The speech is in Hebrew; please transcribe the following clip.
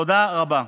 תודה רבה.